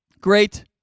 Great